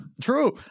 True